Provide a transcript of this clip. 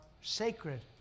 sacred